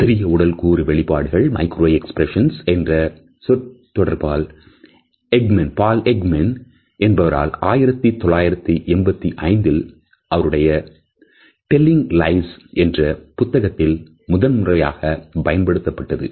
சிறிய உடல் கூறு வெளிப்பாடுகள் என்ற சொற்தொடர் பால் எக்மன் என்பவரால் 1985ல் அவருடைய Telling Lies என்ற புத்தகத்தில் முதன்முறையாக பயன்படுத்தப்பட்டது